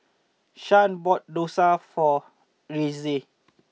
Shan bought Dosa for Reese